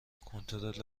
کنترل